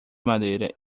madeira